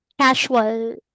Casual